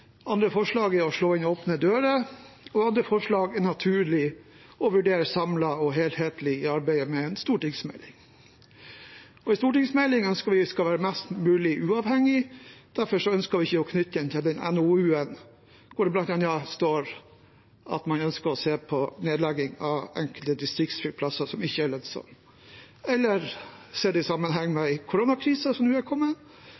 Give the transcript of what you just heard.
forslag er å slå inn åpne dører, og andre forslag er det naturlig å vurdere samlet og helhetlig i arbeidet med en stortingsmelding. Vi ønsker at en stortingsmelding skal være mest mulig uavhengig, derfor ønsker vi ikke å knytte den til NOU-en, hvor det bl.a. står at man ønsker å se på nedlegging av enkelte distriktsflyplasser som ikke er lønnsomme, eller se det i sammenheng med koronakrisen som nå er kommet.